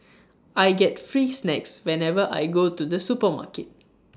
I get free snacks whenever I go to the supermarket